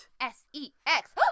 S-E-X